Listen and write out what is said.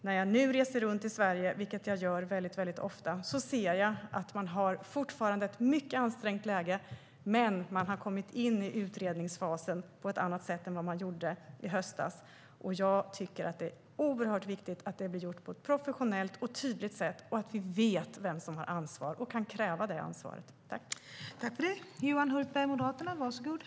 När jag nu reser runt i Sverige, vilket jag gör väldigt ofta, ser jag att man fortfarande har ett mycket ansträngt läge men har kommit in i utredningsfasen på ett annat sätt än man gjorde i höstas. Jag tycker att det är oerhört viktigt att detta blir gjort på ett professionellt och tydligt sätt och att vi vet vem som har ansvar - och kan kräva det ansvaret.